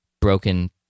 broken